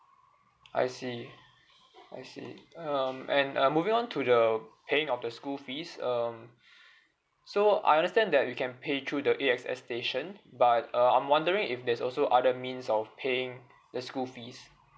I see I see um and uh moving on to the paying of the school fees um so I understand that you can pay through the A_X_S station but uh I'm wondering if there's also other means of paying the school fees